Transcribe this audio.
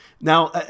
Now